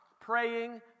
praying